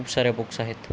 खूप साऱ्या बुक्स आहेत